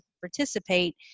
participate